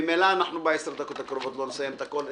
ממילא ב-10 הדקות הקרובות לא נסיים את הכול.